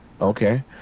Okay